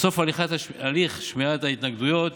בסוף הליך שמיעת ההתנגדויות